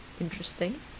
Interesting